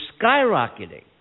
skyrocketing